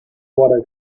vora